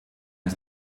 ist